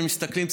כשמסתכלים,